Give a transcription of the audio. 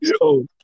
Yo